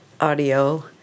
audio